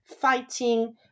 fighting